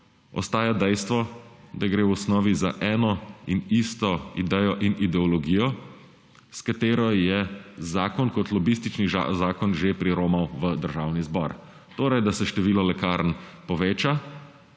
ostaja dejstvo, da gre v osnovi za eno in isto idejo in ideologijo, s katero je zakon kot lobistični zakon že priromal v Državni zbor. Torej da se število lekarn poveča,